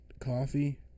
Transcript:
coffee